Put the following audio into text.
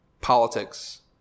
politics